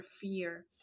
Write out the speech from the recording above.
fear